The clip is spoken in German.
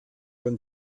von